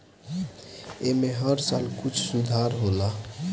ऐमे हर साल कुछ सुधार होला